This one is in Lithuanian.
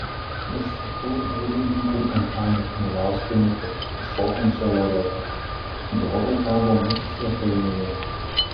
užsakiau dailininkui antanui kmieliauskui nutapyti šokančią loretą drobė kabo mūsų svetainėje